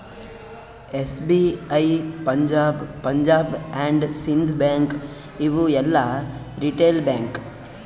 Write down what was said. SBI, Punjab, Punjab and Sind bank ಇವು ಎಲ್ಲಾ retail bank